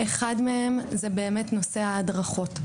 אחד מהם הוא נושא ההדרכות.